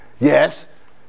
Yes